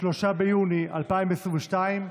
3 ביוני 2022,